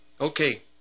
Okay